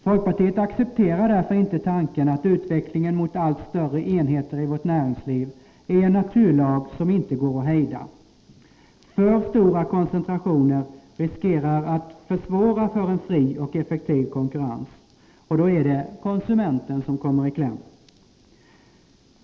Folkpartiet accepterar därför inte tanken att utvecklingen mot allt större enheter i vårt näringsliv är en naturlag som inte går att hejda. För stora koncentrationer riskerar att försvåra för en fri och effektiv konkurrens, och då är det konsumenten som kommer i kläm.